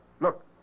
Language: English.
Look